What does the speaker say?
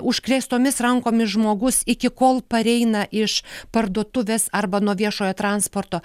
užkrėstomis rankomis žmogus iki kol pareina iš parduotuvės arba nuo viešojo transporto